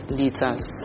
liters